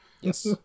Yes